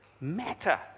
matter